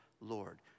Lord